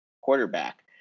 quarterback